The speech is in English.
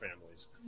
families